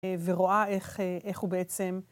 ורואה איך הוא בעצם.